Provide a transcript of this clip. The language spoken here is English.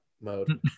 mode